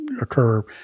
occur